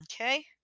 okay